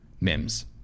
Mims